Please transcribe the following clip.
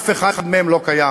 אף אחד מהם לא קיים.